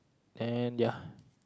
and ya